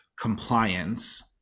compliance